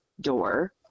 door